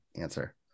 answer